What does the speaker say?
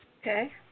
Okay